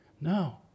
No